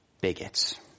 bigots